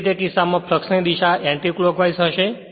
તેથી તે કિસ્સામાં ફ્લક્ષ ની દિશા એન્ટિલોકવાઇઝ હશે